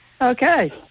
Okay